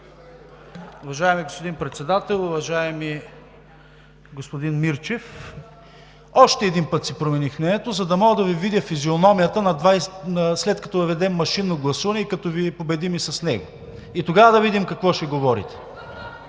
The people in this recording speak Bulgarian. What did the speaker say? Уважаеми господин Председател! Уважаеми господин Мирчев, още веднъж си промених мнението, за да мога да Ви видя физиономията, след като въведем машинно гласуване и като Ви победим и с него. Тогава да видим какво ще говорите?!